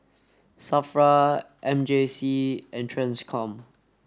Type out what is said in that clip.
SAFRA M J C and TRANSCOM